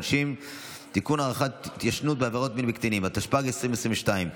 התשפ"ג 2023,